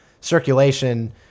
circulation